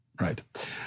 Right